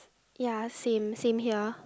ya same same here